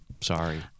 Sorry